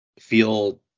feel